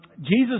Jesus